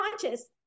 conscious